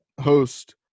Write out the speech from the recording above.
host